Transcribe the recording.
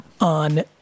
on